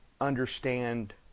understand